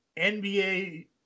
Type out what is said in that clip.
NBA